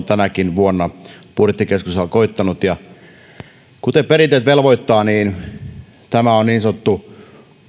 tänäkin vuonna budjettikeskustelussa koittanut ja kuten perinteet velvoittavat tämä on niin sanottu